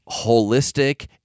holistic